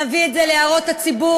נביא את זה להערות הציבור.